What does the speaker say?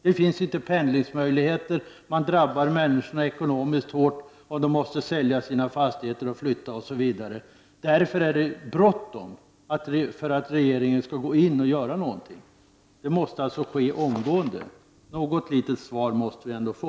Det finns inga pendlingsmöjligheter och människorna drabbas hårt ekonomiskt om de måste sälja sina fastigheter och flytta osv. Därför är det bråttom om regeringen skall hinna gå in och göra någonting. Det måste alltså ske omgående. Något litet svar måste vi ändå få!